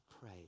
pray